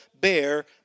bear